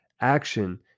action